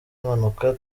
impanuka